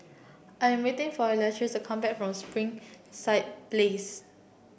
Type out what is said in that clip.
I'm waiting for Latrice come back from Springside Place